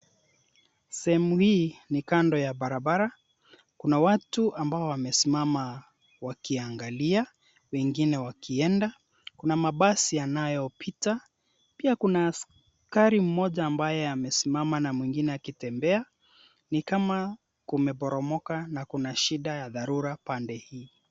Sehemu hii, ni kando ya barabara. Kuna watu ambao wamesimama wakiangalia wengine wakienda. Kuna mabasi yanayopita. Pia kuna askari mmoja ambaye amesimama na mwingine akitembea, ni kama kumeporomoka na kuna shida ya dharura pande hii.